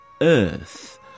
earth